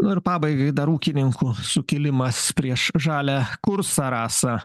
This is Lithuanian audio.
nu ir pabaigai dar ūkininkų sukilimas prieš žalią kursą rasa